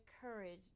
courage